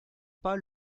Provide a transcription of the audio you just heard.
pas